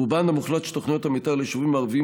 רובן המוחלט של תוכניות המתאר ליישובים הערביים